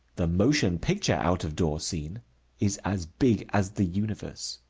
the motion picture out-of-door scene is as big as the universe.